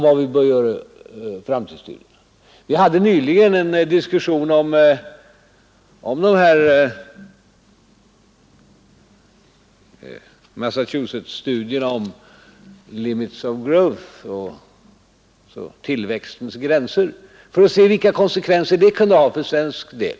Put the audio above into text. Vi hade nyligen en diskussion om Massachusettsstudierna beträffande Limits of growth — tillväxtens gränser — för att se vilka konsekvenser det kunde ha för Sveriges del.